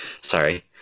Sorry